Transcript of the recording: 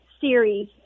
series